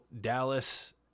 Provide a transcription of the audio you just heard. Dallas